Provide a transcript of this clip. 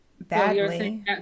badly